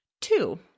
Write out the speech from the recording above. Two